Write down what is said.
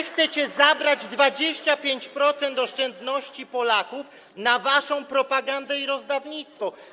Chcecie zabrać 25% oszczędności Polaków na waszą propagandę i rozdawnictwo.